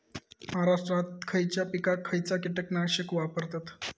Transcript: महाराष्ट्रात खयच्या पिकाक खयचा कीटकनाशक वापरतत?